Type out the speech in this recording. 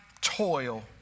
toil